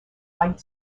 light